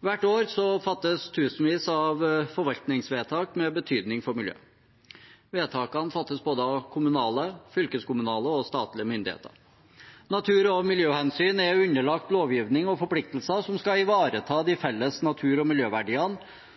Hvert år fattes tusenvis av forvaltningsvedtak med betydning for miljøet. Vedtakene fattes av både kommunale, fylkeskommunale og statlige myndigheter. Natur- og miljøhensyn er underlagt lovgivning og forpliktelser som skal ivareta de felles natur- og miljøverdiene